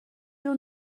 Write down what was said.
your